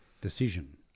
decision